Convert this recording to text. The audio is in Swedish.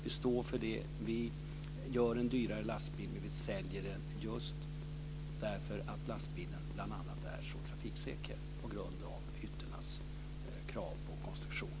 De står för det. De gör en dyrare lastbil och säljer den just därför att den bl.a. är så trafiksäker på grund av kravet på hytternas konstruktion.